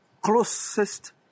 closest